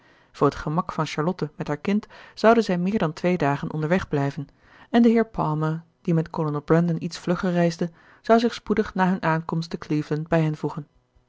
voor t gemak van charlotte met haar kind zouden zij meer dan twee dagen onderweg blijven en de heer palmer die met kolonel brandon iets vlugger reisde zou zich spoedig na hun aankomst te cleveland bij hen voegen